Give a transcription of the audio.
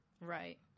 right